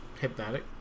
Hypnotic